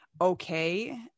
okay